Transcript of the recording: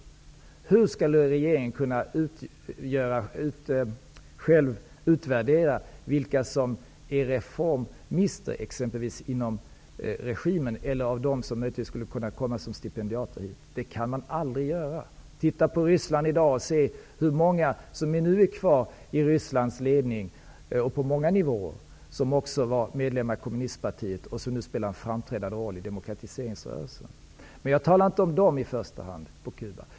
Hur skall regeringen själv kunna utvärdera vilka som är reformister inom regimen, vilka som möjligtvis skulle kunna komma hit som stipendiater? Det kan man aldrig göra. Titta på Ryssland i dag! Se hur många som ännu är kvar i Rysslands ledning, och på många andra nivåer, som också var medlemmar i kommunistpartiet, och som nu spelar en framträdande roll i demokratiseringsrörelsen. Men jag talar inte i första hand om de människorna på Cuba.